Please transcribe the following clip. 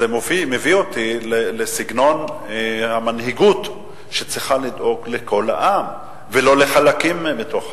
זה מביא אותי לסגנון המנהיגות שצריכה לדאוג לכל העם ולא לחלקים מהעם.